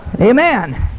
amen